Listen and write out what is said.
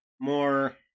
more